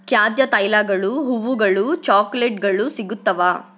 ಖಾದ್ಯ ತೈಲಗಳು ಹೂವುಗಳು ಚಾಕೊಲೇಟ್ಗಳು ಸಿಗುತ್ತವಾ